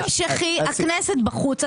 בתקציב המשכי הכנסת בחוץ.